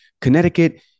Connecticut